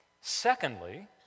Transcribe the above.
Secondly